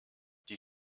die